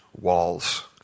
walls